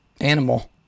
animal